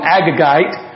Agagite